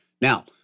Now